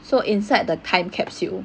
so inside the time capsule